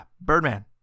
birdman